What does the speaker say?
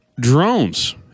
drones